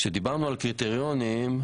כשדיברנו על קריטריונים,